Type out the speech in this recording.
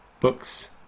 books